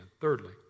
Thirdly